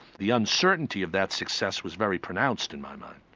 the uncertainty of that success was very pronounced in my mind.